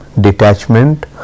detachment